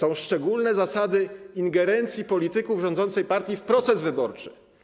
Opisano szczególne zasady ingerencji polityków rządzącej partii w proces wyborczy.